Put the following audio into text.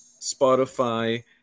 Spotify